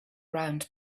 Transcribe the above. round